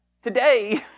today